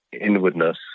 inwardness